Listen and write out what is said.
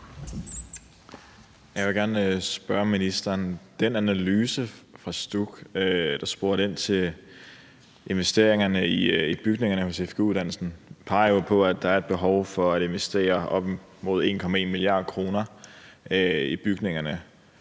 Jeg vil gerne spørge ministeren om noget. Den analyse fra STUK, der spurgte ind til investeringerne i bygningerne på fgu-uddannelsen, peger på, at der er et behov for at investere op imod 1,1 mia. kr. i bygningerne,